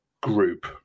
group